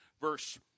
verse